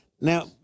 Now